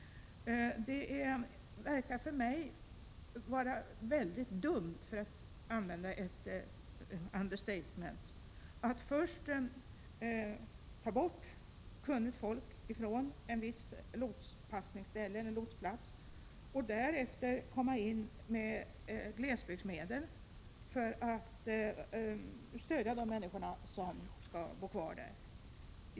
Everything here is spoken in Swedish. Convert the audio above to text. Det verkar för mig vara väldigt dumt, för att använda ett understatement, att först ta bort kunnigt folk från en viss lotsplats eller ett visst passningsställe och därefter komma in med glesbygdsmedel för att stödja de människor som skall bo kvar där.